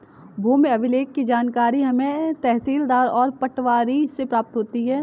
भूमि अभिलेख की जानकारी हमें तहसीलदार और पटवारी से प्राप्त होती है